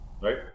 right